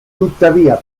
tuttavia